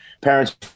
parents